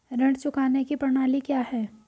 ऋण चुकाने की प्रणाली क्या है?